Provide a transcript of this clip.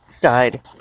died